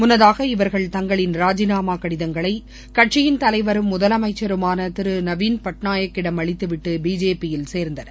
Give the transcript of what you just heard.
முன்னதாக இவர்கள் தங்களின் ராஜினாமா கடிதங்களை கட்சியின் தலைவரும் முதலமைச்சருமான திரு நவீன் பட்நாயக்கிடம் அளித்துவிட்டு பிஜேபியில் சேர்ந்தனர்